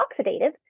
oxidative